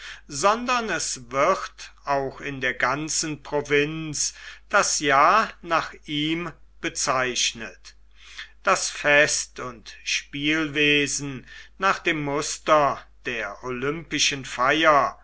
sondern es wird auch in der ganzen provinz das jahr nach ihm bezeichnet das fest und spielwesen nach dem muster der olympischen feier